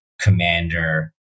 commander